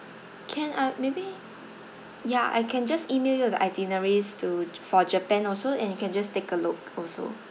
can ah maybe yeah I can just email you the itineraries to for japan also and you can just take a look also